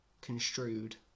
construed